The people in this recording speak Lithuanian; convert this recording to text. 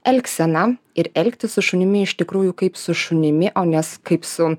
elgseną ir elgtis su šunimi iš tikrųjų kaip su šunimi o nes kaip su